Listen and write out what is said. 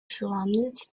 surroundings